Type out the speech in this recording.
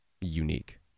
unique